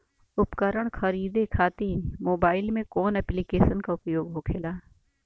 उपकरण खरीदे खाते मोबाइल में कौन ऐप्लिकेशन का उपयोग होखेला?